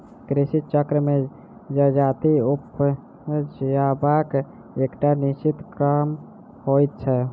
कृषि चक्र मे जजाति उपजयबाक एकटा निश्चित क्रम होइत छै